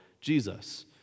Jesus